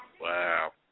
Wow